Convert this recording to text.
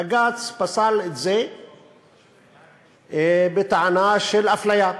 בג"ץ פסל את זה בטענה של אפליה,